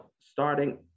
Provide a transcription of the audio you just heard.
starting